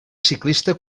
ciclista